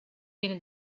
viene